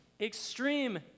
extreme